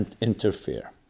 interfere